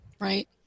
right